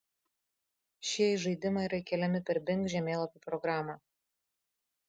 šie į žaidimą yra įkeliami per bing žemėlapių programą